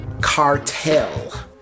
Cartel